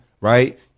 right